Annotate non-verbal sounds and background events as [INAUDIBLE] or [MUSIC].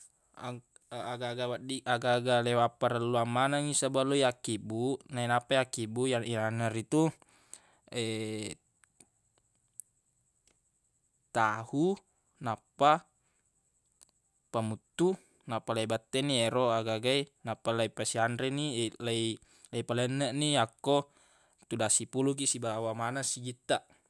Ang- agaga wedding agaga leiwapparelluang manengngi sebelum yakkibbuq nainappa yakkibbuq yanaritu [HESITATION] tahu nappa pamuttu nappa leibette ni yero agaga e nappa leipasianre ni lei- leipalenneq ni yakko tudang sipulung kiq sibawa maneng sijing taq.